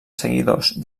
seguidors